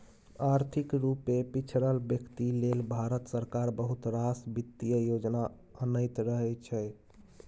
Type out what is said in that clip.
आर्थिक रुपे पिछरल बेकती लेल भारत सरकार बहुत रास बित्तीय योजना अनैत रहै छै